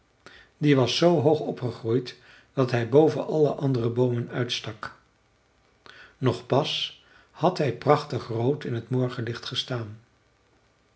die was zoo hoog opgegroeid dat hij boven alle andere boomen uitstak nog pas had hij prachtig rood in t morgenlicht gestaan